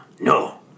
No